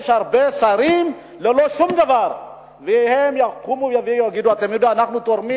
יש הרבה שרים ללא שום דבר והם יקומו ויגידו: אנחנו תורמים